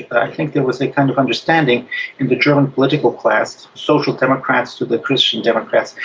but i think there was the kind of understanding in the german political class, social democrats to the christian democrats,